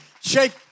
shake